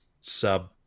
sub